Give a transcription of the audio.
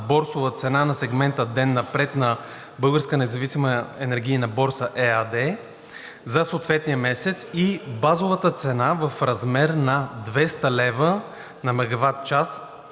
борсова цена на сегмента „Ден напред“ на „Българска независима енергийна борса“ ЕАД за съответния месец и базовата цена в размер 200 лв./MWh за